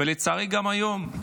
ולצערי גם היום,